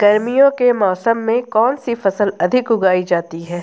गर्मियों के मौसम में कौन सी फसल अधिक उगाई जाती है?